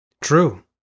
True